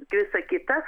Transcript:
visa kita